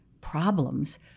problems